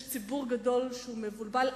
יש ציבור גדול שהוא מבולבל,